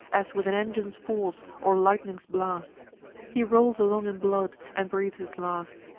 as with an engine's force, or lightning's blast he rolls along in blood, and breathes his last.